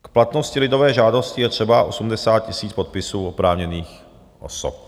K platnosti lidové žádosti je třeba 80 000 podpisů oprávněných osob.